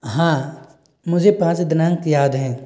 हाँ मुझे पाँच दिनांक याद हैं